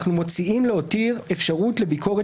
אנחנו מציעים להותיר אפשרות לביקורת